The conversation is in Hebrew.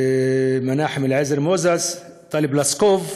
מנחם אליעזר מוזס, טלי פלוסקוב.